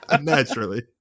Naturally